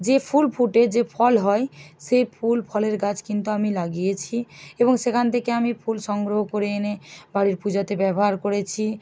যে ফুল ফুটে যে ফল হয় সেই ফুল ফলের গাছ কিন্তু আমি লাগিয়েছি এবং সেখান থেকে আমি ফুল সংগ্রহ করে এনে বাড়ির পুজোতে ব্যবহার করেছি